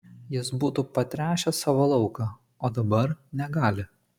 jis būtų patręšęs savo lauką o dabar negali